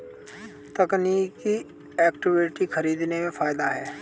तकनीकी इक्विटी खरीदने में फ़ायदा है